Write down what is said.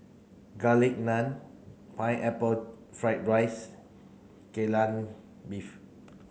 garlic naan pineapple fried rice Kai Lan beef